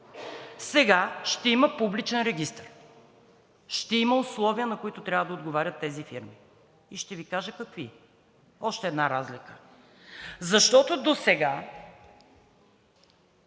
Сега ще има публичен регистър, ще има условия, на които трябва да отговарят тези фирми, и ще Ви кажа какви. Още една разлика, защото досега